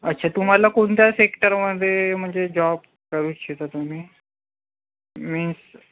अच्छा तुम्हाला कोणत्या सेक्टरमध्ये म्हणजे जॉब करू इच्छिता तुम्ही मीन्स